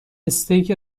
استیک